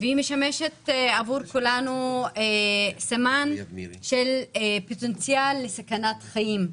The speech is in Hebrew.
ומשמשת עבור כולנו סמן לסכנת חיים,